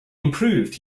improved